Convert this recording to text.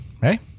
Hey